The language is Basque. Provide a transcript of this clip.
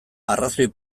arrazoi